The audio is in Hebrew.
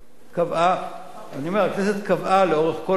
אני אומר, הכנסת קבעה לאורך כל הדרך